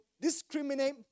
discriminate